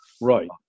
Right